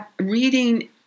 reading